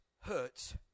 hurts